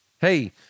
Hey